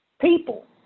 people